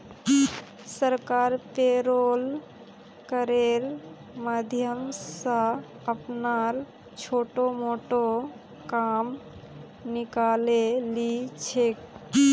सरकार पेरोल करेर माध्यम स अपनार छोटो मोटो काम निकाले ली छेक